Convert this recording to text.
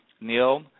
Neil